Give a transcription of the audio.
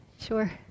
Sure